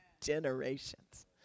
generations